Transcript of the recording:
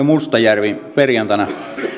mustajärvi perjantaina